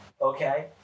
okay